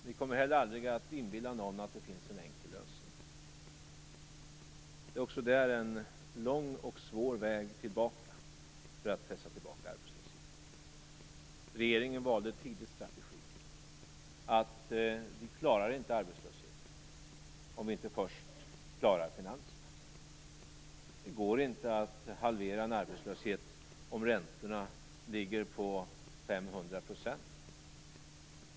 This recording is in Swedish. Vi kommer heller aldrig att inbilla någon att det finns en enkel lösning. Det är en lång och svår väg tillbaka för att pressa tillbaka arbetslösheten. Regeringen valde tidigt strategin, att vi inte klarar arbetslösheten om vi inte först klarar finanserna. Det går inte att halvera en arbetslöshet om räntorna ligger på 500 %.